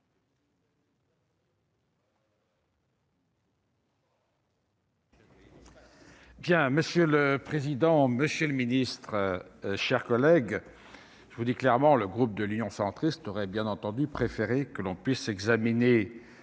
Monsieur le président, monsieur le secrétaire d'État, mes chers collègues, je vous dis clairement, le groupe Union Centriste aurait bien entendu préféré que l'on puisse examiner